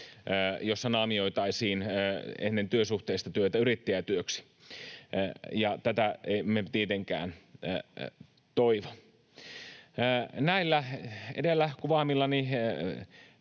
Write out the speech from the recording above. jossa naamioitaisiin aiemmin työsuhteista työtä yrittäjätyöksi, ja tätä emme tietenkään toivo. Arvoisa puhemies!